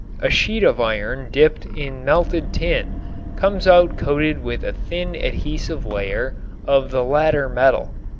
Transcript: a sheet of iron dipped in melted tin comes out coated with a thin adhesive layer of the latter metal.